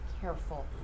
careful